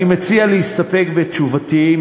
אני מציע להסתפק בתשובתי,